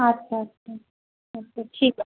আচ্ছা আচ্ছা আচ্ছা ঠিক আছে